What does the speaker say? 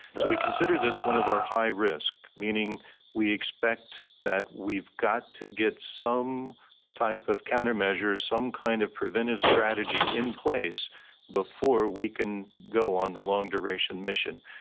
so we consider this one of our high risk, meaning that we expect that we've got to get some type of countermeasures, some kind of preventative strategy in place before we can go on the long-duration mission.